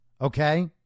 Okay